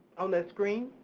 on their screen,